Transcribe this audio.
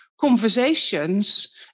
conversations